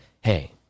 Hey